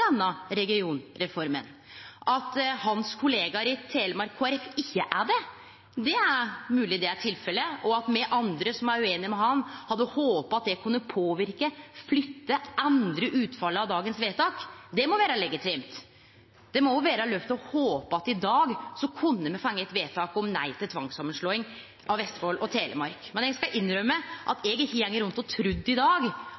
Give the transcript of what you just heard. denne regionreforma. At hans kollegaer i Kristeleg Folkeparti i Telemark ikkje er det, er mogleg, og at me andre som er ueinige med han, hadde håpa at det kunne påverke, flytte eller endre utfallet av dagens vedtak, må vere legitimt. Det må vere lov å håpe at me i dag kunne fått eit vedtak om nei til tvangssamanslåing av Vestfold og Telemark. Men eg skal innrømme